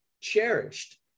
cherished